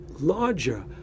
larger